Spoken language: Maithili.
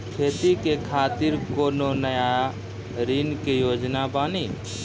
खेती के खातिर कोनो नया ऋण के योजना बानी?